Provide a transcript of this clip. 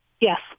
Yes